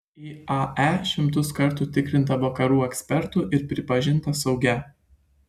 iae šimtus kartų tikrinta vakarų ekspertų ir pripažinta saugia